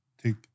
take